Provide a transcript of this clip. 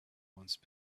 once